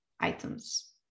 items